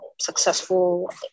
successful